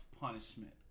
punishment